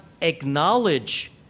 acknowledge